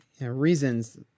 reasons